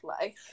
life